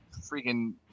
freaking –